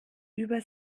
über